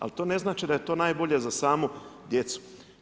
Al to ne znači da je to najbolje za samu djecu.